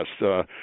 Yes